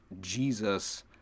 Jesus